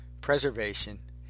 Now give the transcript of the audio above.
preservation